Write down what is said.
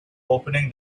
opening